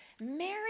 Mary